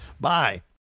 Bye